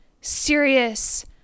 serious